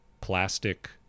plastic